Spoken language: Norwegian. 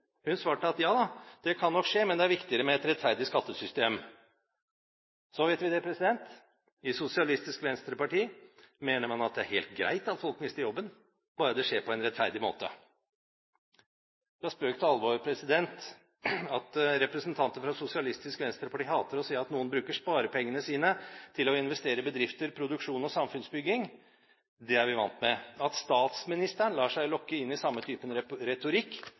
Hun svarte at ja da, det kan nok skje, men det er viktigere med et rettferdig skattesystem. Så vet vi det – i Sosialistisk Venstreparti mener man at det er helt greit at folk mister jobben, bare det skjer på en rettferdig måte. Fra spøk til alvor: At representanter fra Sosialistisk Venstreparti hater å se at noen bruker sparepengene sine til å investere i bedrifter, produksjon og samfunnsbygging, er vi vant med. At statsministeren lar seg lokke inn i samme typen retorikk,